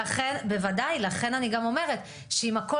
בוודאי לכן אני גם אומרת שעם הכול